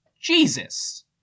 Jesus